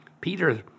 Peter